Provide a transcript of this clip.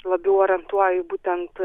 labiau orientuoju būtent